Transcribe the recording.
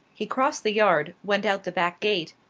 he crossed the yard, went out the back gate,